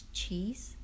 cheese